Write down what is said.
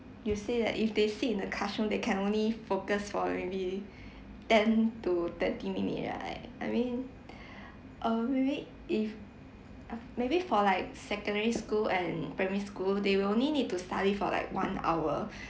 you say that if they sit in the classroom they can only focus for maybe ten to twenty minute right I mean uh maybe if uh maybe for like secondary school and primary school they will only need to study for like one hour